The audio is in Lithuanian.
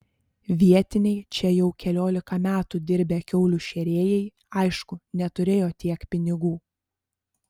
vietiniai čia jau keliolika metų dirbę kiaulių šėrėjai aišku neturėjo tiek pinigų